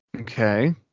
okay